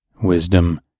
wisdom